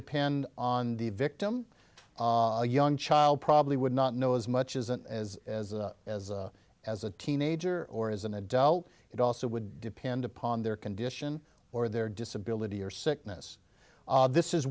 depend on the victim a young child probably would not know as much isn't as as as a teenager or as an adult it also would depend upon their condition or their disability or sickness this is